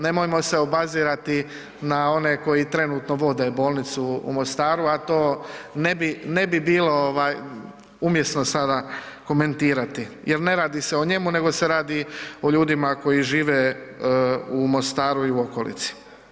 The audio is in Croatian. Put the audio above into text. Nemojmo se obazirati na one koji trenutno vode bolnicu u Mostaru, a to ne bi, ne bi bilo ovaj umjesno sada komentirati jer ne radi se o njemu, nego se radi o ljudima koji žive u Mostaru i okolici.